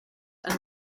and